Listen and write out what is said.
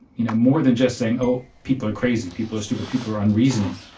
you know, more than just saying, oh, people are crazy, people are stupid, people are unreasoning.